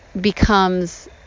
becomes